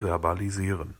verbalisieren